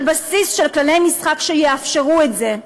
על בסיס של כללי משחק שיאפשרו את זה.